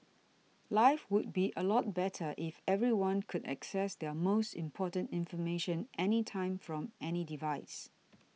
life would be a lot better if everyone could access their most important information anytime from any device